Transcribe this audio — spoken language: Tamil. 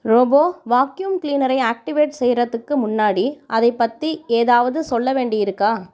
ரோபோ வாக்யூம் கிளீனரை ஆக்டிவேட் செய்வதுக்கு முன்னாடி அதை பற்றி ஏதாவது சொல்ல வேண்டி இருக்கா